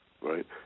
right